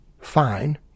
Fine